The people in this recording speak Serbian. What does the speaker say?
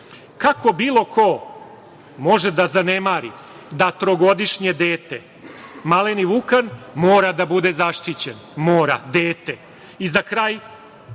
Kako bilo ko može da zanemari da trogodišnje dete, maleni Vukan, mora da bude zaštićen, mora dete.Za kraj,